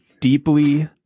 deeply